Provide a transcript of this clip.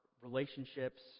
relationships